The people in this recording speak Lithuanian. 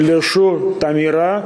lėšų tam yra